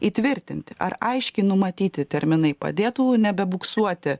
įtvirtinti ar aiškiai numatyti terminai padėtų nebebuksuoti